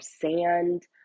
sand